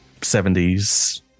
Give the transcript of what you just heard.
70s